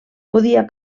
podia